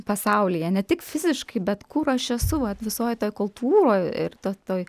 pasaulyje ne tik fiziškai bet kur aš esu vat visoj toj kultūroj ir to toj